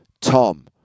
Tom